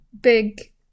big